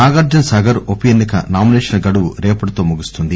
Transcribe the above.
నాగార్జున సాగర్ ఉప ఎన్నిక నామినేషన్ల గడువు రేపటితో ముగుస్తుంది